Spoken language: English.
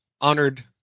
honored